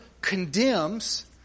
condemns